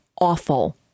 awful